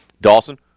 Dawson